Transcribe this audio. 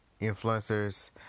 influencers